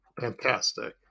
Fantastic